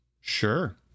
sure